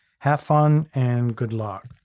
have fun and good luck.